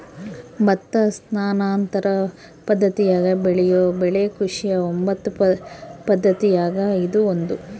ಭತ್ತ ಸ್ಥಾನಾಂತರ ಪದ್ದತಿಯಾಗ ಬೆಳೆಯೋ ಬೆಳೆ ಕೃಷಿಯ ಒಂಬತ್ತು ಪದ್ದತಿಯಾಗ ಇದು ಒಂದು